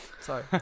Sorry